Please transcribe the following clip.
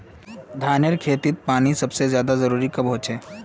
धानेर खेतीत पानीर सबसे ज्यादा जरुरी कब होचे?